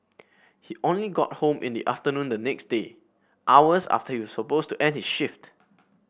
he only got home in the afternoon the next day hours after he was supposed to end his shift